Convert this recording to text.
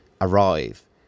arrive